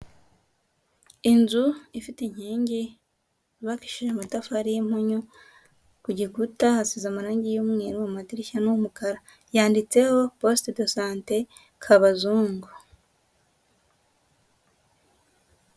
Inzu ifite inkingi yubakishije amatafari y'impunyu, ku gikuta hasize amarangi y'umweru amadirishya ni umukara, yanditseho posite do sante Kabazungu.